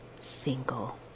single